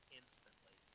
instantly